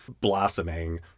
blossoming